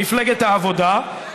מפלגת העבודה,